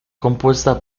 compuesta